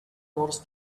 wars